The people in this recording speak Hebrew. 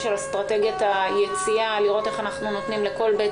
אסטרטגיית היציאה לראות איך אנחנו נותנים לכל בית